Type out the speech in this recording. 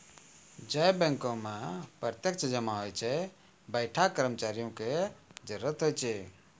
जै बैंको मे प्रत्यक्ष जमा होय छै वैंठा कर्मचारियो के जरुरत होय छै